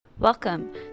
welcome